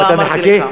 בסדר.